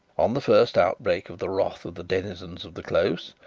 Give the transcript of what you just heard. on the first outbreak of the wrath of the denizens of the close,